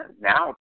now